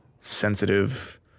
sensitive